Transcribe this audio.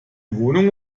wohnung